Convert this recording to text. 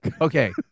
okay